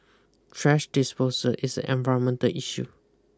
thrash disposal is an environmental issue